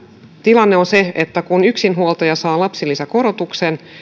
tilanne on se että kun yksinhuoltaja saa lapsilisäkorotuksen